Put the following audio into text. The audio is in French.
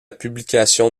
publication